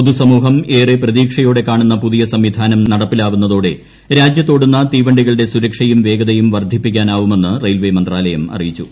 പൊതു സമൂഹം ഏറെ പ്രതീക്ഷയോടെ കാണുന്ന പുതിയ സംവിധാനം നടപ്പിലാവുന്നതോടെ രാജ്യത്തോടുന്ന തീവണ്ടികളുടെ സുരക്ഷയും വേഗതയും വർധിപ്പിക്കാനാവുമെന്ന് റെയിൽവേ മന്ത്രാലയം അറിയിച്ചു